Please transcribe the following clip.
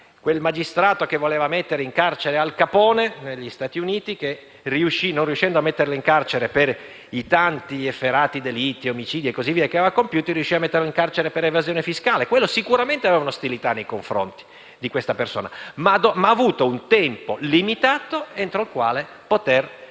quel magistrato che voleva mettere in carcere Al Capone negli Stati Uniti, non riuscendo a metterlo in carcere per i tanti efferati delitti, omicidi e quant'altro aveva compiuto, riuscì a farlo per evasione fiscale. Sicuramente aveva un'ostilità nei confronti di questa persona, ma ha avuto un tempo limitato entro il quale poter mettere